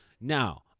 Now